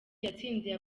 yatsindiye